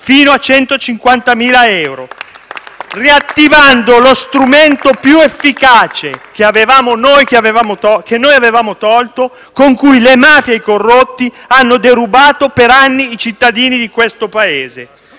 fino a 150.000 euro, riattivando lo strumento più efficace che noi avevamo tolto, con cui le mafia e i corrotti hanno derubato per anni i cittadini di questo Paese.